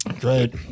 Great